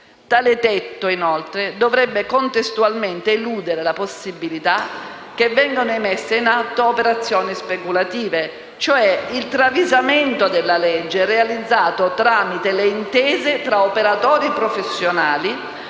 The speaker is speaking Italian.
Tale «tetto», inoltre, dovrebbe contestualmente eludere la possibilità che vengano messe in atto operazioni speculative, cioè il travisamento della legge realizzato tramite le intese tra operatori professionali